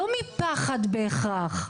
לא מפחד בהכרח,